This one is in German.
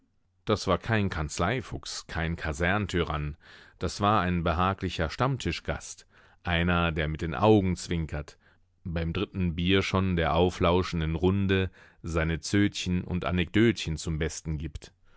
das war kein kanzleifuchs kein kaserntyrann das war ein behaglicher stammtischgast einer der mit den augen zwinkert beim dritten bier schon der auflauschenden runde seine zötchen und anekdötchen zum besten gibt